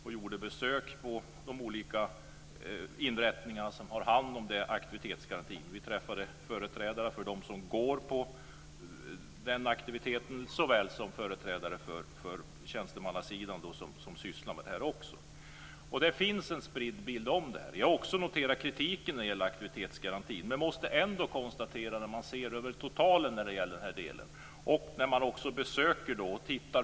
Jag gjorde besök på de olika inrättningar som har hand om aktivitetsgarantin. Vi träffade såväl företrädare för dem som deltar i aktiviteten som företrädare för tjänstemannasidan, de som sysslar med det här. Det finns en spridd bild av den här verksamheten. Jag har också noterat kritiken mot aktivitetsgarantin. De fall där det är fråga om klara fall av "vuxendagis" är ingenting som jag försvarar på något sätt.